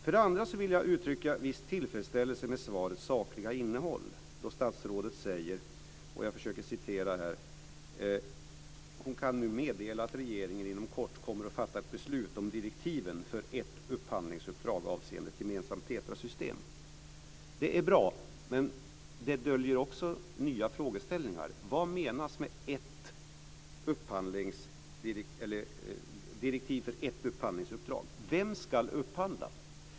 Sedan vill jag uttrycka en viss tillfredsställelse med svarets sakliga innehåll då statsrådet säger följande: "Jag kan nu meddela att regeringen inom kort kommer att fatta ett beslut om direktiven för ett upphandlingsuppdrag avseende ett gemensamt TETRA system." Det är bra, men det döljer också nya frågeställningar. Vad menas med direktiv för ett upphandlingsuppdrag? Vem ska upphandla?